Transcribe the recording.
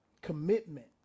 commitment